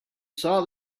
saw